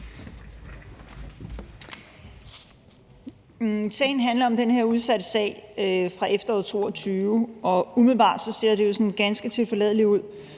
Forslaget handler om den her udsatte sag fra efteråret 2022, og umiddelbart ser det jo ganske tilforladeligt ud.